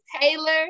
Taylor